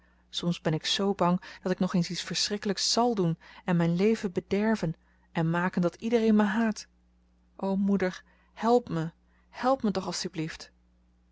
soms ben ik zoo bang dat ik nog eens iets verschrikkelijks zal doen en mijn leven bederven en maken dat iedereen mij haat o moeder help me help me toch alstublieft